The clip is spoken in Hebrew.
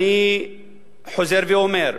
אני חוזר ואומר,